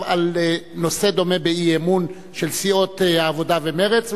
על נושא דומה באי-אמון של סיעות העבודה ומרצ,